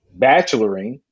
bacheloring